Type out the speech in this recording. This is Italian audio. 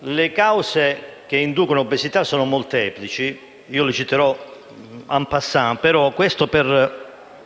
le cause che inducono l'obesità sono molteplici. Io le citerò *en passant* per